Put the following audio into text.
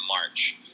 March